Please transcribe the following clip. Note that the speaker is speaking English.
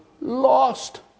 lost